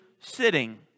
sitting